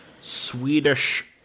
Swedish